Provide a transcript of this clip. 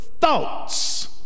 thoughts